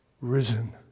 risen